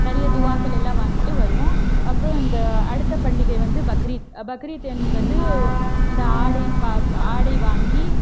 நிறைய துவாக்கள் எல்லாம் வாங்கிட்டு வருவோம் அப்புறம் இந்த அடுத்த பண்டிகை வந்து பக்ரீத் பக்ரீத் என்பது இந்த ஆடைப் பா ஆடை வாங்கி